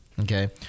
Okay